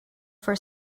for